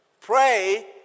Pray